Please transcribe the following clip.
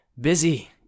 busy